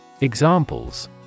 Examples